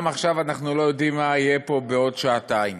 גם עכשיו אנחנו לא יודעים מה יהיה פה בעוד שעתיים.